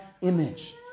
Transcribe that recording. image